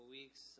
weeks